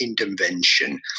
intervention